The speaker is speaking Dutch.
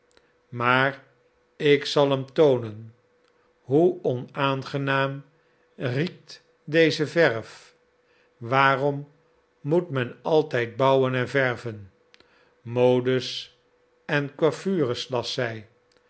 maar ik zal hem toonen hoe onaangenaam riekt deze verf waarom moet men altijd bouwen en verven modes en coiffures las zij